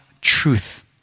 truth